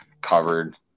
covered